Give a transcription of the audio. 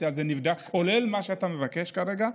הנושא הזה נבדק, כולל מה שאתה מבקש כרגע.